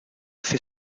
fait